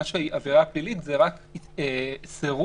מה שעבירה פלילית זה רק סירוב